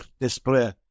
display